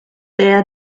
there